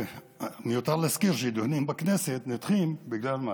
מיותר להזכיר שהדיונים בכנסת נדחים, בגלל מה?